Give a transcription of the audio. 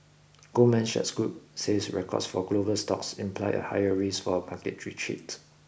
Goldman Sachs Group says records for global stocks imply a higher risk for a market retreat